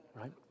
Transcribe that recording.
right